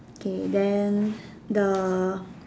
okay then the